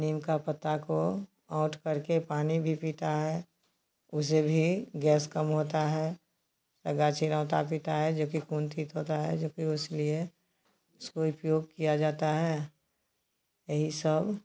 नीम का पत्ता को औँट करके पानी भी पीता है उससे भी गैस कम होता है गाँछी चिरैँता पीता है उससे खून ठीक होता है जोकि इसलिए इसको उपयोग किया जाता है यही सब